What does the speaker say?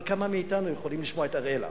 אבל כמה מאתנו יכולים לשמוע את אראלה